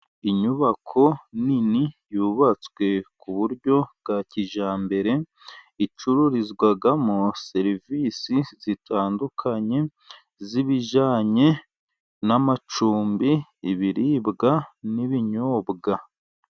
Inyubako nini yubatswe ku buryo bwa kijyambere icururizwamo serivisi zitandukanye zibijyanye n'amacumbi, ibiribwa n'ibinyobwa.